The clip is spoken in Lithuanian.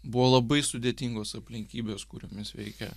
buvo labai sudėtingos aplinkybės kuriomis veikė